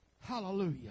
Hallelujah